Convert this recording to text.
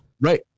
Right